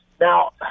Now